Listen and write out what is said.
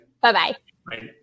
Bye-bye